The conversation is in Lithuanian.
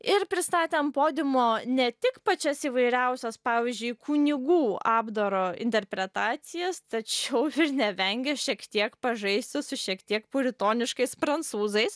ir pristatė ant podiumo ne tik pačias įvairiausias pavyzdžiui kunigų apdaro interpretacijas tačiau nevengė šiek tiek pažaisti su šiek tiek puritoniškais prancūzais